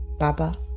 Baba